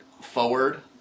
forward